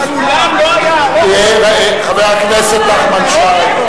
הסולם לא היה ארוך, חבר הכנסת נחמן שי.